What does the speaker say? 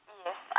yes